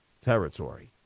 territory